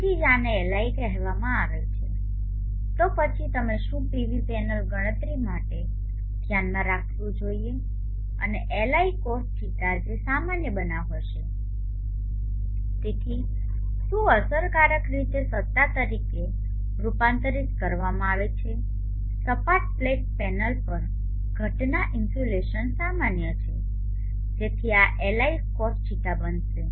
તેથી જ આને Li કહેવામાં આવે છેતો પછી તમે શું પીવી પેનલ ગણતરી માટે ધ્યાનમાં રાખવું જોઇએ અને Li cos θ જે સામાન્ય બનાવ હશે તેથી શું અસરકારક રીતે સત્તા તરીકે રૂપાંતરિત કરવામાં આવે છે સપાટ પ્લેટ પેનલ પર ઘટના ઇન્સ્યુલેશન સામાન્ય છે જેથી આ Li cosθ બનશે